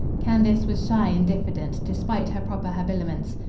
candace was shy and diffident, despite her proper habiliments.